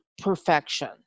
perfection